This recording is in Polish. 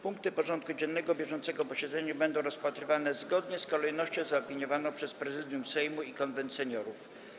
Punkty porządku dziennego bieżącego posiedzenia będą rozpatrywane zgodnie z kolejnością zaopiniowaną przez Prezydium Sejmu i Konwent Seniorów.